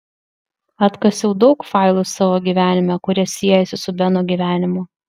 atkasiau daug failų savo gyvenime kurie siejasi su beno gyvenimu